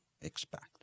expect